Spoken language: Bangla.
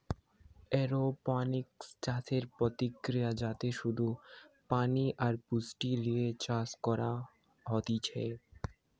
এরওপনিক্স চাষের প্রক্রিয়া যাতে শুধু পানি আর পুষ্টি লিয়ে চাষ করা হতিছে